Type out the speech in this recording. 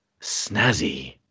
snazzy